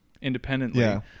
independently